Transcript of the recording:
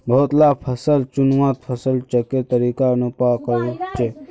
बहुत ला फसल चुन्वात फसल चक्रेर तरीका अपनुआ कोह्चे